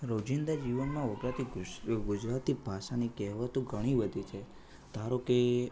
રોજિંદા જીવનમા વપરાતી ગુજરાતી ભાષાની કહેવતો ઘણી બધી છે ધારોકે